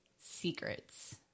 secrets